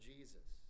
Jesus